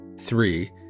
Three